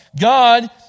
God